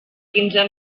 quinze